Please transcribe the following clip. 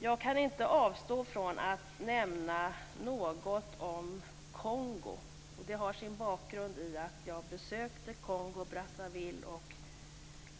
Jag kan inte avstå från att nämna något om Kongo. Det har sin bakgrund i att jag besökte Kongo Brazzaville och